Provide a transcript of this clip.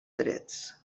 drets